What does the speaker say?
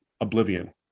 oblivion